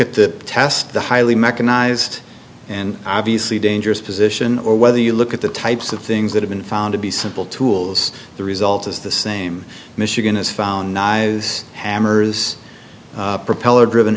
at the test the highly mechanized and obviously dangerous position or whether you look at the types of things that have been found to be simple tools the result is the same michigan is found is hammers